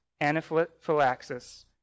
anaphylaxis